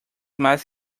más